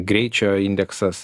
greičio indeksas